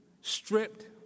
stripped